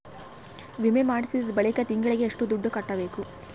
ವಿಮೆ ಮಾಡಿಸಿದ ಬಳಿಕ ತಿಂಗಳಿಗೆ ಎಷ್ಟು ದುಡ್ಡು ಕಟ್ಟಬೇಕು?